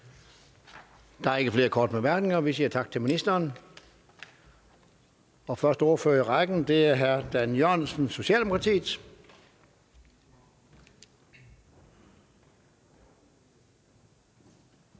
Der er ikke flere korte bemærkninger. Vi siger tak til ministeren. Første ordfører i rækken er hr. Dan Jørgensen, Socialdemokratiet.